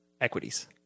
equities